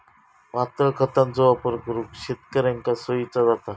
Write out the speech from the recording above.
पातळ खतांचो वापर करुक शेतकऱ्यांका सोयीचा जाता